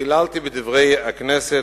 עלעלתי ב"דברי הכנסת",